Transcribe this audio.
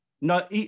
no